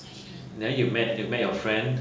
there you met you met your friend